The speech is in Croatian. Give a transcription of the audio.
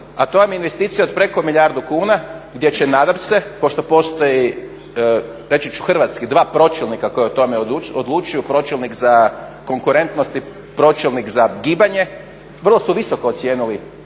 a to vam je investicija od preko milijardu kuna, gdje će nadam se pošto postoji reći ću hrvatski dva pročelnika koja o tome odlučuju – pročelnik za konkurentnost i pročelnik za gibanje vrlo su visoko ocijenili,